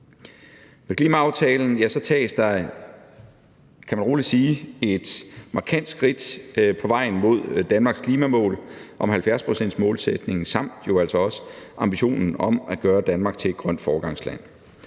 der, kan man rolig sige, et markant skridt på vejen mod Danmarks klimamål på 70 pct. samt jo altså også ambitionen om at gøre Danmark til et grønt foregangsland.